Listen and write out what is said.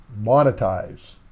monetize